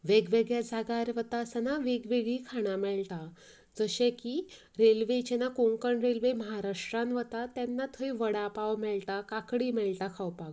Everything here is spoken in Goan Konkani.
वेग वेगळ्या जाग्यार वता आसतना वेगवेगळी खाणां मेळटात जशें की रेल्वे जेन्ना कोंकण महाराष्ट्रा वता तेन्ना थंय वडा पाव मेळटा काकडी मेळटा खावपाक